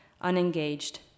unengaged